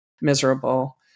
miserable